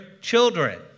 children